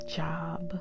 job